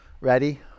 Ready